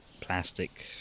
plastic